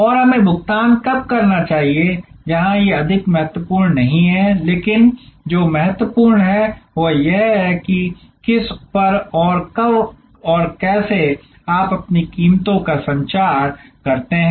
और हमें भुगतान कब करना चाहिए जहां ये अधिक महत्वपूर्ण नहीं हैं लेकिन जो महत्वपूर्ण है वह यह है कि किस पर और कब और कैसे आप अपनी कीमतों का संचार करते हैं